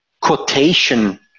quotation